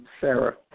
Sarah